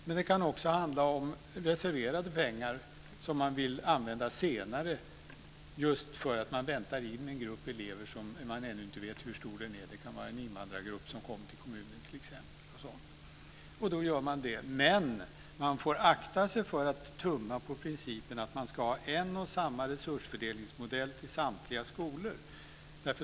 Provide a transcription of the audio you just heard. Men det kan också handla om reserverade pengar som man vill använda senare just för att man väntar in en grupp elever som man ännu inte vet hur stor den är. Det kan vara en invandrargrupp som kommer till kommunen t.ex. Då gör man så. Men man får akta sig för att tumma på principen att man ska ha en och samma resursfördelningsmodell till samtliga skolor.